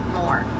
more